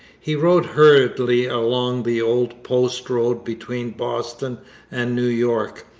he rode hurriedly along the old post-road between boston and new york,